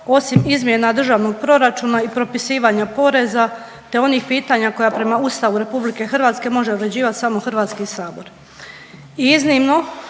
osim izmjena državnog proračuna i propisivanja poreza te onih pitanja koja prema Ustavu RH može uređivat samo HS. I iznimno